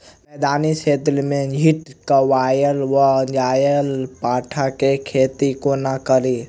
मैदानी क्षेत्र मे घृतक्वाइर वा ग्यारपाठा केँ खेती कोना कड़ी?